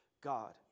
God